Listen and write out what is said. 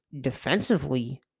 defensively